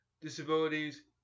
disabilities